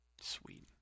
Sweet